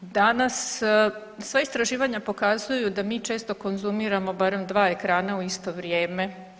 Danas sva istraživanja pokazuju da mi često konzumiramo barem dva ekrana u isto vrijeme.